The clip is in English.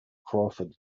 crawford